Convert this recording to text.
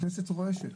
הכנסת רועשת.